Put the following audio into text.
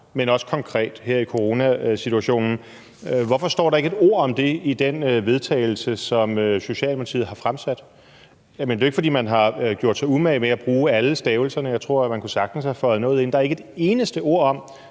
men også konkret her i coronasituationen, i det forslag til vedtagelse, som bl.a. Socialdemokratiet har fremsat. Jeg mener: Det er jo ikke, fordi man har gjort sig umage med at bruge alle stavelserne, jeg tror sagtens, man kunne have føjet noget ind. Der er ikke et eneste ord om,